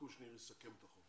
חברה כנסת קושניר יסכם את החוק.